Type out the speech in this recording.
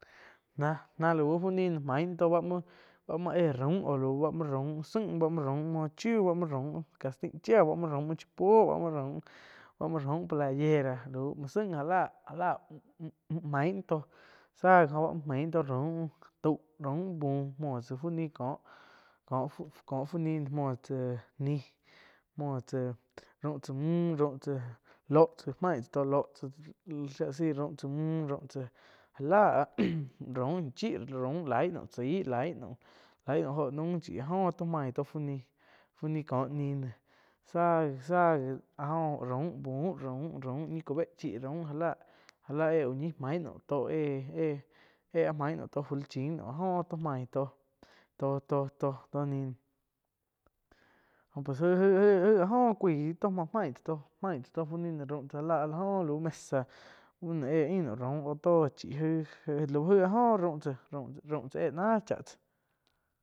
Náh-nah lau fu ni noh main náh to ba muoh, bá muoh eh raum oh aum muo raun zaing, bá muo raum uih chiu muo raum calcetain chai bá muoh raum uin chá puo, bá muo raum playera lauh zain já láh já láh müh müh main náh tóh záh gii oh ba muoh mein náh tóh raum tau, raum bhu muoh tsáh fu ni cóh-cóh fu nih muoh tsá nih, muoh tsá raum tsáh müh lóh tsá main tsá tóh loh tsáh shíah la saih raum tsáh müh raum tsáh já láh raum cíh raum laih naum cháih, laih naum, laih naum óho naum chí, áh joh áh to main fu ni- có ni néh záh gi záh áh gi raum bu raum raum ñi cu béh chíh jáh láh, jáh láh éh úh ñi main naum tóh éh-éh áh main naum tóh fu li chin naum áh joh tóh main toh, tó-tó nih noh jo pues jai-jai áh jóh cuaí tóh main tzá tóh, main tzáh tóh fú nih raum tsá já láh áh la oh lauh mesa bu no éh ain naum raum oh tóh chíh aig lau aig áh gíh raum tsáh- raum tsá éh náh cháh.